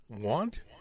want